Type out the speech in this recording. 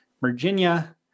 Virginia